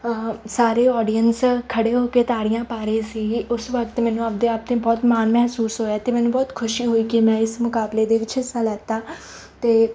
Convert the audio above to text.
ਸਾਰੀ audience ਖੜ੍ਹੇ ਹੋ ਕੇ ਤਾੜੀਆਂ ਪਾ ਰਹੇ ਸੀ ਉਸ ਵਕਤ ਮੈਨੂੰ ਆਪਦੇ ਆਪ ਨੇ ਬਹੁਤ ਮਾਣ ਮਹਿਸੂਸ ਹੋਇਆ ਅਤੇ ਮੈਨੂੰ ਬਹੁਤ ਖੁਸ਼ੀ ਹੋਈ ਕਿ ਮੈਂ ਇਸ ਮੁਕਾਬਲੇ ਦੇ ਵਿੱਚ ਹਿੱਸਾ ਲਿਆ ਅਤੇ